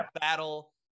battle